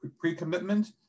pre-commitment